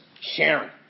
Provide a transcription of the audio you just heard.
sharing